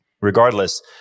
regardless